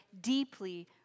deeply